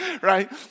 right